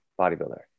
bodybuilder